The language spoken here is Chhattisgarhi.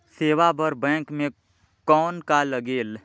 सेवा बर बैंक मे कौन का लगेल?